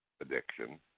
addiction